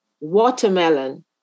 watermelon